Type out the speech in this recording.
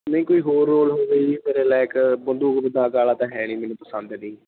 ਨਹੀਂ ਕੋਈ ਹੋਰ ਰੋਲ ਹੋਵੇ ਜੀ ਮੇਰੇ ਲਾਇਕ ਬੰਦੂਕ ਬਦਾਕ ਵਾਲਾ ਤਾਂ ਹੈ ਨਹੀਂ ਮੈਨੂੰ ਪਸੰਦ ਨਹੀਂ